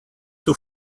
too